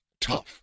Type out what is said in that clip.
tough